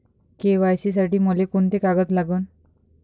KYC साठी मले कोंते कागद लागन?